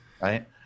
right